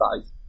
size